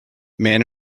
man